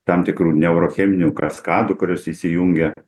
tam tikrų neurocheminių kaskadų kurios įsijungia